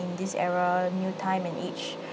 in this era new time and age